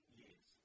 years